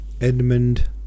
Edmund